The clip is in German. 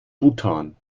bhutan